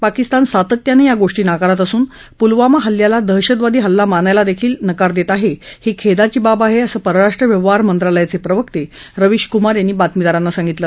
पाकिस्तान सातत्यानं या गोष्टी नाकारत असून पुलवामा हल्ल्याला दहशतवादी हल्ला मानायलाही नकार देत आहे ही खेदाची बाब आहे असं परराष्ट्र व्यवहार मंत्रालयाचे प्रवक्ते रवीश कुमार यांनी बातमीदारांना सांगितलं